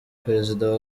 perezida